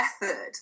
method